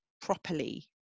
properly